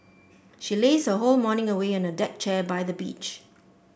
she lazed her whole morning away on a deck chair by the beach